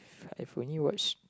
I've only watched